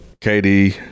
KD